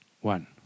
One